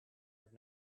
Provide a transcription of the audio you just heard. have